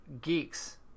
geeks